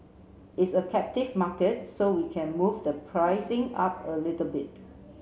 it's a captive market so we can move the pricing up a little bit